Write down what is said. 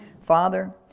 Father